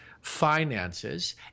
finances